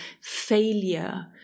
failure